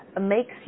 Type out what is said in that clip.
makes